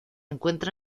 encuentra